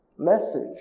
Message